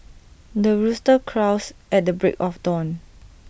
the rooster crows at the break of dawn